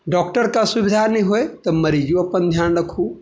डॉक्टरके असुविधा नहि होइ तऽ मरीजो अपन ध्यान रखू